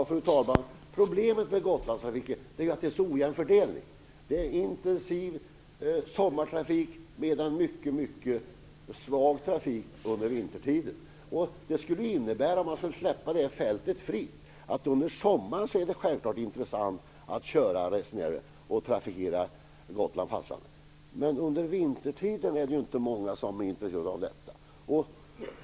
Fru talman! Problemet med Gotlandstrafiken är den är så ojämnt fördelad. Det är en intensiv sommartrafik medan trafiken under vintern är mycket svag. Om man skulle släppa det här fältet fritt skulle det innebära att det självfallet är intressant att trafikera Gotland-fastlandet under sommaren, men under vintern är det inte många som är intresserade av detta.